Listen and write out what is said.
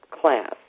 class